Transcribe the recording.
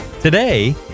Today